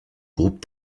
groupe